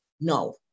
No